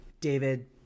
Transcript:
david